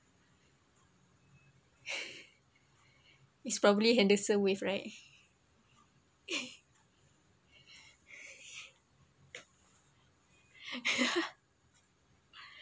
is probably henderson waves right